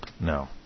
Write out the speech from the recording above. No